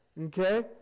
Okay